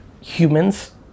Humans